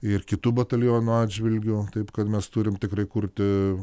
ir kitų batalionų atžvilgiu taip kad mes turim tikrai kurti